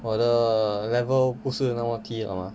我的 level 不是那么低了嘛